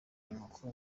inkoko